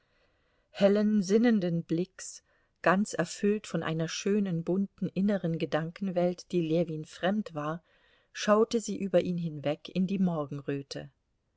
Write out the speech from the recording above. hellen sinnenden blicks ganz erfüllt von einer schönen bunten inneren gedankenwelt die ljewin fremd war schaute sie über ihn hinweg in die morgenröte